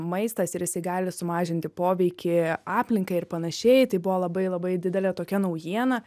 maistas ir jisai gali sumažinti poveikį aplinkai ir panašiai tai buvo labai labai didelė tokia naujiena